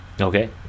Okay